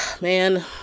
man